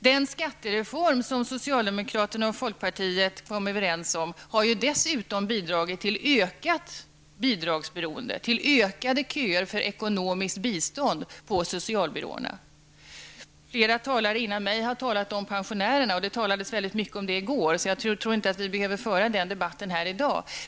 Den skattereform som socialdemokraterna och folkpartiet kom överens om har dessutom bidragit till ett ökat bidragsberoende, till ökade köer för ekonomiskt bistånd på socialbyråerna. Flera talare före mig har talat om pensionärerna, och det talades mycket som det i går. Jag tror därför inte att vi behöver föra den debatten här i dag.